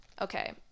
okay